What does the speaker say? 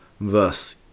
thus